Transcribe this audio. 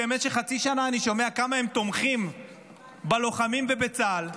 שבמשך חצי שנה אני שומע כמה הם תומכים בלוחמים ובצה"ל,